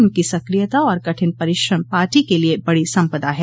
उनकी सक्रियता और कठिन परिश्रम पार्टी के लिए बड़ी सम्पदा है